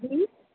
جی